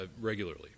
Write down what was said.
regularly